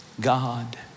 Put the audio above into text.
God